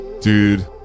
Dude